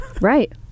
right